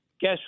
Guess